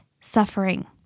suffering